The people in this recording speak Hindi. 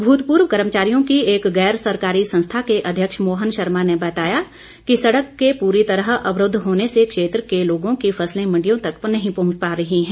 भूतपूर्व कर्मचारियों की एक गैर सरकारी संस्था के अध्यक्ष मोहन शर्मा ने बताया कि सड़क के पूरी अवरूद्ध होने से क्षेत्र के लोगों की सब्जियों की फसल मंडियों तक नहीं पहुंच पा रही है